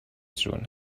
جون